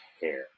hair